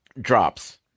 drops